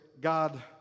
God